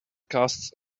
casts